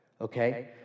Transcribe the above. Okay